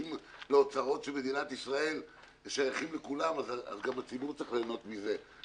אם האוצרות של מדינת ישראל שייכות לכולם אז גם הציבור צריך ליהנות מזה.